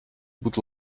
будь